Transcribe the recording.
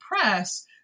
press